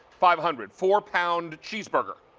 five hundred. four-pound cheeseburger,